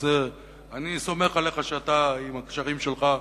אז אני סומך עליך שאתה, עם הקשרים שלך,